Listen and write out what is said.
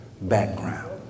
background